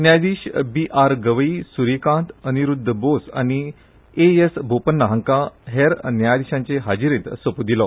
न्यायाधिश B R Gavai Suryakant Aniruddha Bose आनी A S Bopanna हांकां हेर न्यायाधिशांचे हाजिरेंत सोपूत दिलो